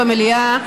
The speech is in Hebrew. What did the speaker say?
במליאה,